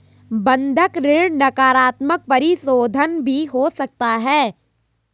बंधक ऋण नकारात्मक परिशोधन भी हो सकता है